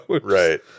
Right